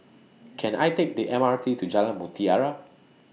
Can I Take The M R T to Jalan Mutiyara